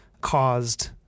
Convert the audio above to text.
caused